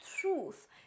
truth